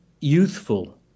youthful